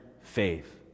faith